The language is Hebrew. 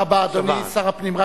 תודה רבה, אדוני שר הפנים.